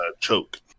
Choke